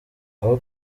aha